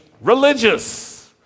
religious